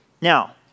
Now